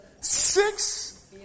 six